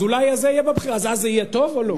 אז זה יהיה טוב או לא?